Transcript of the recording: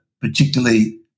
particularly